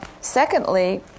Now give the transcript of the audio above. Secondly